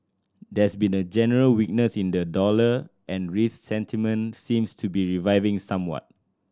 there's been a general weakness in the dollar and risk sentiment seems to be reviving somewhat